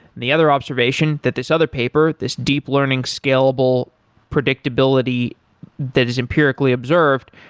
the other observation that this other paper, this deep learning scalable predictability that is empirically observed,